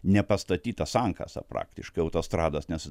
nepastatyta sankasa praktiškai autostrados nes